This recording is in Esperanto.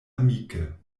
amike